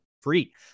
free